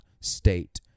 state